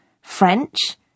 French